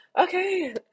okay